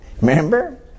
remember